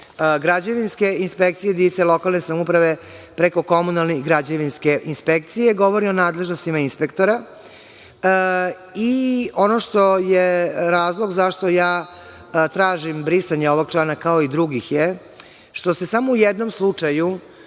građevinske inspekcije i jedinice lokalne samouprave, preko komunalne građevinske inspekcije i govori o nadležnostima inspektora. Ono što je razlog zašto ja tražim brisanje ovog člana kao i drugih je što se samo u jednom slučaju